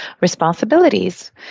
responsibilities